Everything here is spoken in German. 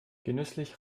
genüsslich